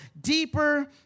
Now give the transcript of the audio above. deeper